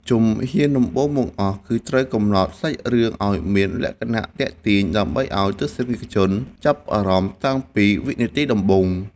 ជំហានដំបូងបង្អស់គឺត្រូវកំណត់សាច់រឿងឱ្យមានលក្ខណៈទាក់ទាញដើម្បីឱ្យទស្សនិកជនចាប់អារម្មណ៍តាំងពីវិនាទីដំបូង។